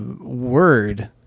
word